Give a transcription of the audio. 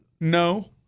No